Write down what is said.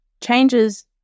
changes